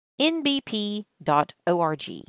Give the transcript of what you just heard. nbp.org